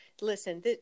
listen